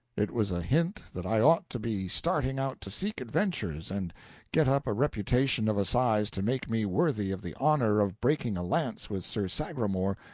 it was a hint that i ought to be starting out to seek adventures and get up a reputation of a size to make me worthy of the honor of breaking a lance with sir sagramor,